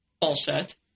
bullshit